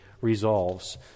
resolves